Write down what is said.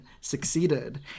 succeeded